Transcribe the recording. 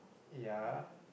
ya